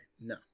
No